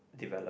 developed